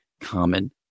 Common